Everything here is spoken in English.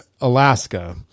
Alaska